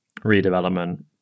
redevelopment